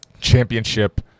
championship